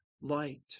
light